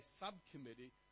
subcommittee